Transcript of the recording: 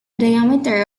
diameter